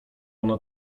ona